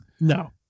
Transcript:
No